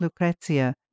Lucrezia